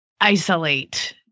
isolate